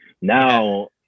Now